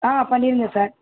ஆ பண்ணிடுங்க சார்